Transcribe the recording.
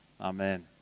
Amen